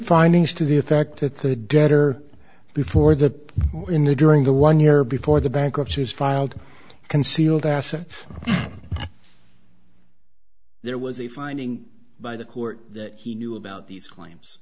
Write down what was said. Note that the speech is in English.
findings to the effect that the debtor before that in the during the one year before the bankruptcy is filed concealed assets there was a finding by the court that he knew about these claims